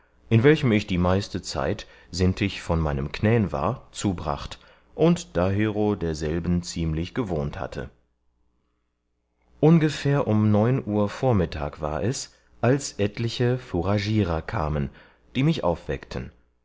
in welchem ich die meiste zeit sint ich von meinem knän war zubracht und dahero derselben ziemlich gewohnt hatte ungefähr um neun uhr vormittag war es als etliche furagierer kamen die mich aufweckten